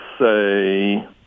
say